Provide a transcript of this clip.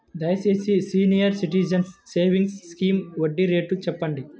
దయచేసి senior citizens savings scheme వడ్డీ rate చెప్పండి